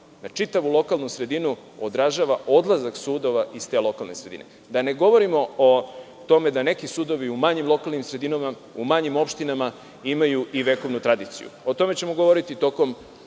na čitavu lokalnu sredinu, odražava odlazak sudova iz te lokalne sredine. Da ne govorimo o tome da neki sudovi u manjim lokalnim sredinama, u manjim opštinama imaju i vekovnu tradiciju. O tome ćemo govoriti tokom